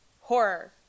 Horror